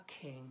king